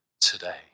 today